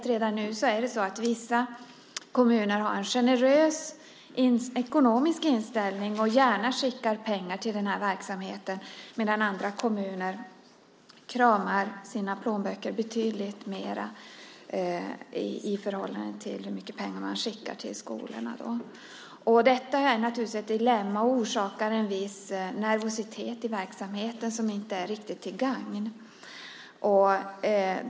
Redan nu är det så att vissa kommuner har en generös ekonomisk inställning och gärna skickar pengar till denna verksamhet, medan andra kommuner kramar sina plånböcker betydligt hårdare i förhållande till hur mycket pengar man skickar till skolorna. Detta är ett dilemma och orsakar en viss nervositet i verksamheten som inte är till gagn för den.